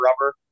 rubber